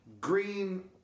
Green